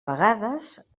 vegades